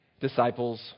disciples